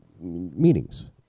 meetings